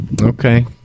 Okay